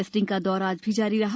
testing का दौर आज भी जारी रहा